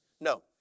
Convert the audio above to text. No